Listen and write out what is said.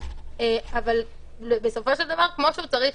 אבל בסופו של דבר כמו שהוא צריך